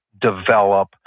develop